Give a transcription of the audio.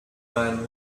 man